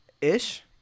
Ish